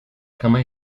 cama